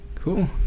Cool